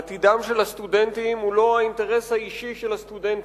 עתידם של הסטודנטים הוא לא האינטרס האישי של הסטודנטים.